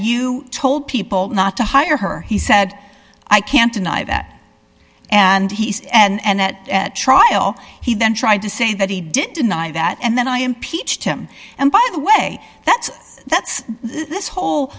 you told people not to hire her he said i can't deny that and he said and at trial he then tried to say that he didn't deny that and then i impeached him and by the way that's that's this whole